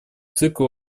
цикл